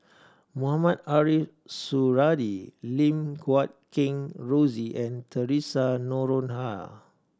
Mohamed Ariff Suradi Lim Guat Kheng Rosie and Theresa Noronha